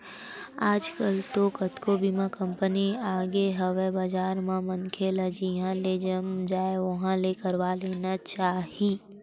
आजकल तो कतको बीमा कंपनी आगे हवय बजार म मनखे ल जिहाँ ले जम जाय उहाँ ले करवा लेना चाही